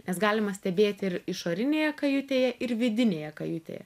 nes galima stebėti ir išorinėje kajutėje ir vidinėje kajutėje